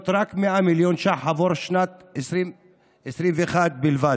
רק 100 מיליון ש"ח בעבור שנת 2021 בלבד.